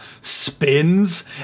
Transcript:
spins